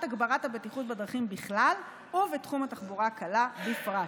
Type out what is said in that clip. הגברת הבטיחות בדרכים בכלל ובתחום התחבורה הקלה בפרט.